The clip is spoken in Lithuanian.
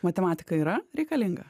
matematika yra reikalinga